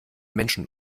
menschen